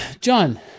John